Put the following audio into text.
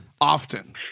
Often